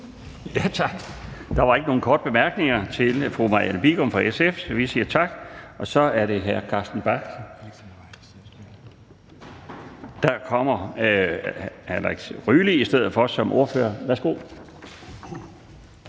Der var ikke nogen korte bemærkninger til fru Marianne Bigum fra SF, så vi siger tak, og så er det hr. Alexander Ryle som ordfører. Værsgo.